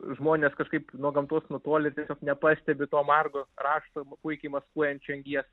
žmonės kažkaip nuo gamtos nutolę tiesiog nepastebi to margo rašto puikiai maskuojančio angies